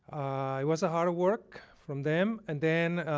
it was hard work from them and then